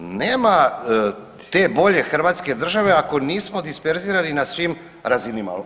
Nema te bolje hrvatske države ako nismo disperzirani na svim razinama.